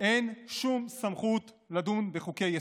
אין שום סמכות לדון בחוקי-יסוד,